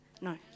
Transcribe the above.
No